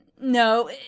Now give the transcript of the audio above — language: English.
no